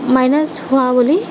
minus হোৱা বুলি